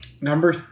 number